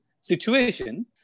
situation